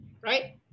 Right